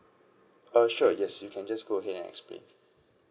err sure yes you can just go ahead and explain